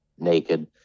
naked